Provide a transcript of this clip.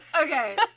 Okay